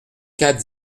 quatre